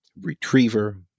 retriever